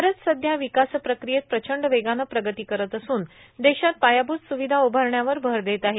भारत सध्या विकासप्रक्रियेत प्रचंड वेगान प्रगती करत असून देशात पायाभूत स्विधा उभारण्यावर अर देत आहे